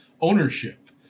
ownership